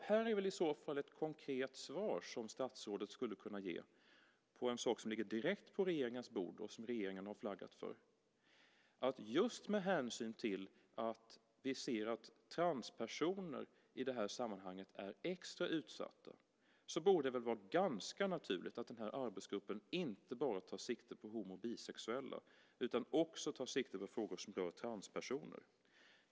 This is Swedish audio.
Här är väl i så fall ett konkret svar som statsrådet skulle kunna ge på en sak som ligger direkt på regeringens bord och som regeringen har flaggat för. Just med hänsyn till att vi ser att transpersoner i det här sammanhanget är extra utsatta borde det väl vara ganska naturligt att den här arbetsgruppen inte bara tar sikte på homo och bisexuella utan också tar sikte på frågor som rör transpersoner.